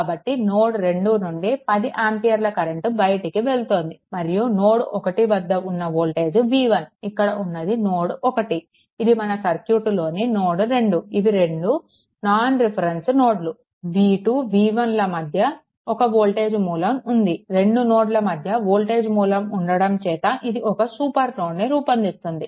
కాబట్టి నోడ్2 నుండి 10 ఆంపియర్ల కరెంట్ బయటికి వెళ్తోంది మరియు నోడ్1 వద్ద ఉన్న వోల్టేజ్ V1 ఇక్కడ ఉన్నది నోడ్1 ఇది మన సర్క్యూట్ లోని నోడ్2 ఇవి రెండు నాన్ రిఫరెన్స్ నోడ్లు మరియు V2 V1 ల మధ్య ఒక వోల్టేజ్ మూలం ఉంది రెండు నోడ్ల మధ్య వోల్టేజ్ మూలం ఉండడం చేత ఇది ఒక సూపర్ నోడ్ను రూపొందిస్తుంది